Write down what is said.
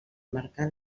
marcar